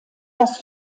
das